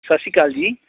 ਸਤਿ ਸ਼੍ਰੀ ਅਕਾਲ ਜੀ